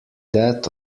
that